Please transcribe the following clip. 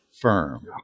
firm